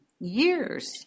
years